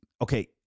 okay